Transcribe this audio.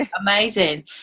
Amazing